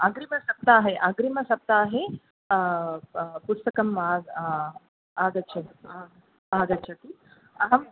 अग्रिम सप्ताहे अग्रिमसप्ताहे ब् पुस्तकम् आगच् आगच्छति अहं